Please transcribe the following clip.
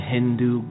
Hindu